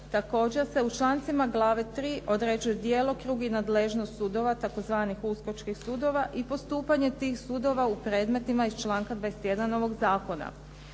Također se u člancima Glave III. određuje djelokrug i nadležnost sudova tzv. uskočkih sudova i postupanje tih sudova u predmetima iz članka 21. ovog zakona.